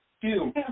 two